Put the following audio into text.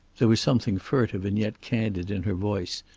there was something furtive and yet candid in her voice,